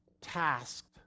tasked